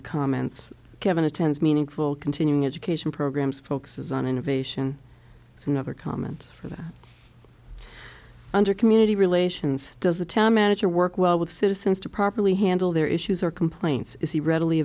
the comments kevin attends meaningful continuing education programs focuses on innovation is another comment for that under community relations does the town manager work well with citizens to properly handle their issues or complaints is he readily